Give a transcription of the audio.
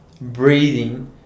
breathing